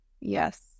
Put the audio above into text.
Yes